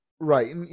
Right